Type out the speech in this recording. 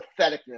patheticness